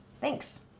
thanks